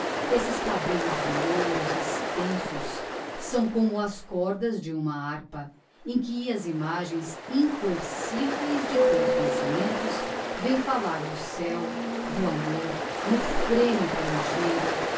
esses cabellos louros extensos são como as cordas de uma harpa em que as imagens incoerciveis de teus pensamentos vêm fallar do céo do amor no frémito ligeiro